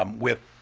um with